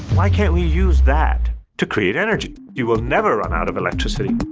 why can't we use that to create energy? you will never run out of electricity.